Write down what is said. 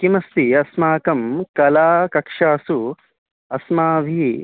किमस्ति अस्माकं कलाकक्षासु अस्माभिः